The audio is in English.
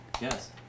Yes